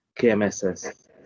KMSS